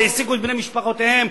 והעסיקו את בני משפחותיהם.